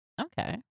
Okay